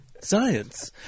science